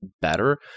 better